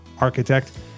Architect